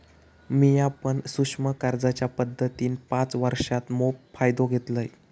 मिया पण सूक्ष्म कर्जाच्या मदतीन पाच वर्षांत मोप फायदो घेतलंय